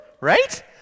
Right